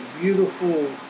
beautiful